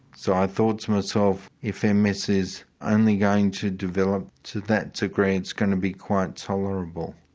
so i thought to myself, if um ms is only going to develop to that degree, it's going to be quite tolerable.